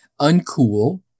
uncool